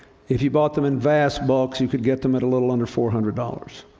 if you bought them in vast bulks, you could get them at a little under four hundred dollars.